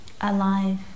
alive